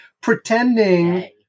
pretending